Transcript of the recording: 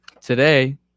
today